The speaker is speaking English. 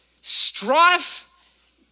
strife